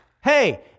Hey